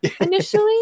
initially